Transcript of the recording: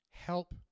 Help